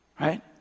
right